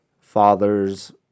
fathers